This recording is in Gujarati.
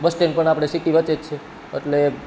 બસ સ્ટેન્ડ પણ આપણે સિટી વચ્ચે જ છે એટલે